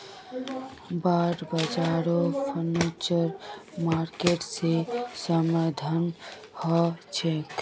bond बाजारेर future market से सम्बन्ध ह छे